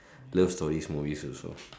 love stories movies also